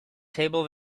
table